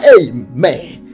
amen